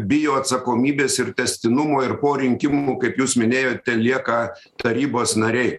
bijo atsakomybės ir tęstinumo ir po rinkimų kaip jūs minėjote lieka tarybos nariai